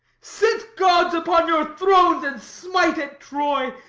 sit, gods, upon your thrones, and smile at troy.